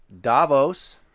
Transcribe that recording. Davos